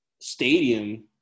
stadium